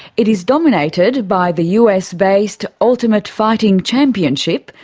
it is dominated by the us-based ultimate fighting championship,